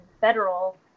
federal